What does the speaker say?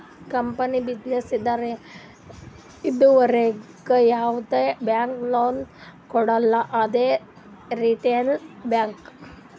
company, business ಇದ್ದವರಿಗ್ ಯಾವ್ದು bank loan ಕೊಡಲ್ಲ ಅದೇ ರಿಟೇಲ್ ಬ್ಯಾಂಕ್